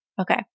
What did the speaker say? Okay